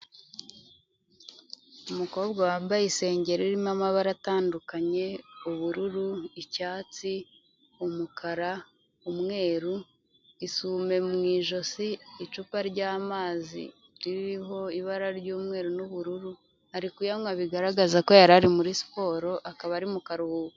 Umukobwa wambaye isengeri irimo amabara atandukanye ubururu, icyatsi, umukara, umweru, isume mu ijosi, icupa ry'amazi ririho ibara ry'umweru n'ubururu, ari kuyanywa bigaragaza ko yari ari muri siporo akaba ari mu karuhuko.